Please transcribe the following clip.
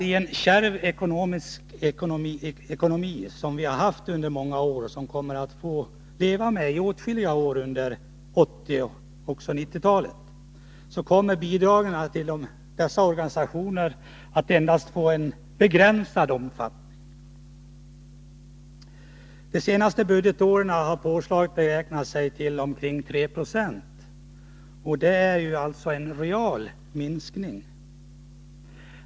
I en kärv ekonomi, som vi har haft under många år och som vi kommer att få leva med under åtskilliga år av 1980 och 1990-talen, kommer bidrag till dessa organisationer att få endast begränsad omfattning. De senaste budgetåren har påslaget beräknats till omkring 3 26, alltså en real minskning.